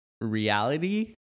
reality